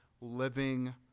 living